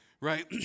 Right